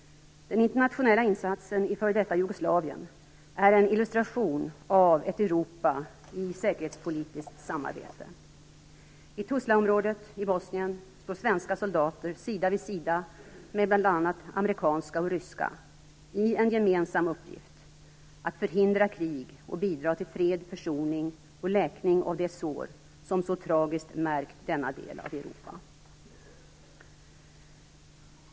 Den internationella insatsen i f.d. Jugoslavien är en illustration av ett Europa i säkerhetspolitiskt samarbete. I Tuzlaområdet i Bosnien står svenska soldater sida vid sida med bl.a. amerikanska och ryska i en gemensam uppgift - att förhindra krig och bidra till fred, försoning och läkning av de sår som så tragiskt märkt denna del av Europa.